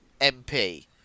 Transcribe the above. MP